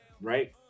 right